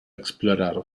explorar